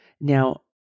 Now